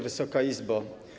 Wysoka Izbo!